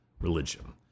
religion